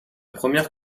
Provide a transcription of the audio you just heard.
première